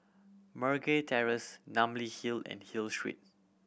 Meragi Terrace Namly Hill and Hill Street